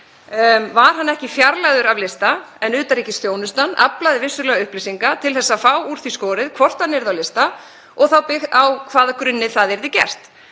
var hann ekki fjarlægður af lista en utanríkisþjónustan aflaði vissulega upplýsinga til að fá úr því skorið hvort hann yrði á lista og þá á hvaða grunni það yrði gert.